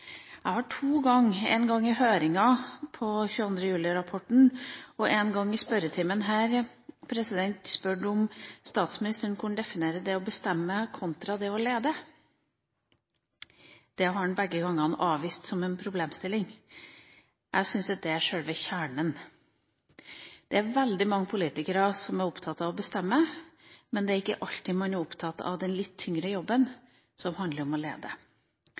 Jeg har to ganger – en gang i høringa etter 22. juli-rapporten og en gang i spørretimen her – spurt om statsministeren kunne definere det å bestemme kontra det å lede. Det har han begge gangene avvist som en problemstilling. Jeg syns at det er selve kjernen. Det er veldig mange politikere som er opptatt av å bestemme, men det er ikke alltid man er opptatt av den litt tyngre jobben, som handler om å lede.